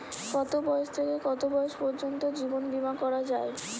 কতো বয়স থেকে কত বয়স পর্যন্ত জীবন বিমা করা যায়?